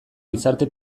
gizarte